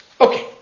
Okay